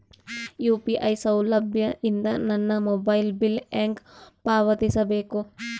UPI ಸೌಲಭ್ಯ ಇಂದ ನನ್ನ ಮೊಬೈಲ್ ಬಿಲ್ ಹೆಂಗ್ ಪಾವತಿಸ ಬೇಕು?